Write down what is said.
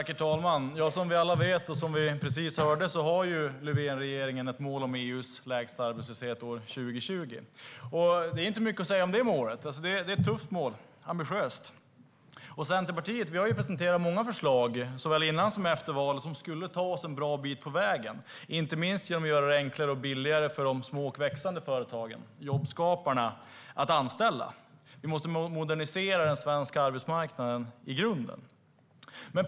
Herr talman! Som vi alla vet, och som vi precis hörde, har Löfvenregeringen ett mål om att ha EU:s lägsta arbetslöshet 2020. Det är inte mycket att säga om det målet. Det är ett tufft och ambitiöst mål. Vi i Centerpartiet har presenterat många förslag, såväl innan som efter valet, som skulle kunna ta oss en bra bit på vägen, inte minst genom att göra det enklare och billigare för de små och växande företagen, jobbskaparna, att anställa. Vi måste modernisera den svenska arbetsmarknaden i grunden.